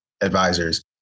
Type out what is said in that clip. advisors